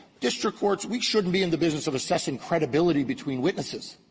district courts, we shouldn't be in the business of assessing credibility between witnesses.